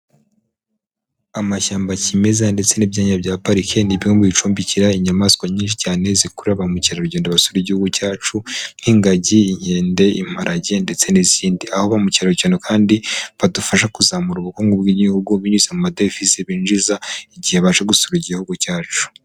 Amashyamba kimeza ndetse n'ibyanya bya parike ni bimwe bicumbikira inyamaswa nyinshi cyane zikurura ba mukerarugendo basura Igihugu cyacu, nk'ingagi, inkende, imparage ndetse n'izindi. Aho ba mukerarugendo kandi badufasha kuzamura ubukungu bw'Igihugu binyuze mu madevize binjiza, igihe baje gusura Igihugu cyacu.